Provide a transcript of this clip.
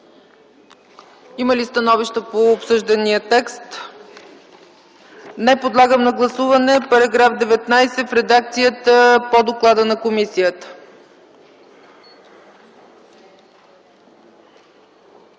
Има ли становища по обсъждания текст? Не. Подлагам на гласуване § 19 в редакцията по доклада на комисията.